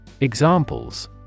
Examples